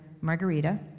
Margarita